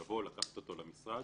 לבוא, לקחת אותו למשרד.